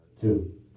Two